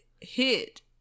hit